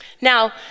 Now